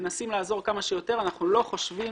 מנסים לעזור כמה שיותר אבל אנחנו לא חושבים